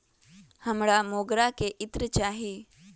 हमरा मोगरा के इत्र चाही